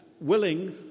willing